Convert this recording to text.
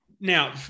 now